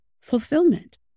fulfillment